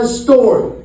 story